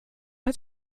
als